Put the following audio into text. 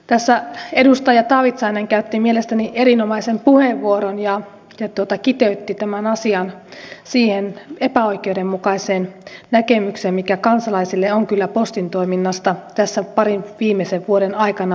tässä edustaja taavitsainen käytti mielestäni erinomaisen puheenvuoron ja kiteytti tämän asian siihen epäoikeudenmukaiseen näkemykseen mikä kansalaisille on kyllä postin toiminnasta tässä parin viimeisen vuoden aikana muotoutunut